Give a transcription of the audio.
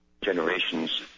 generations